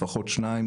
לפחות שניים,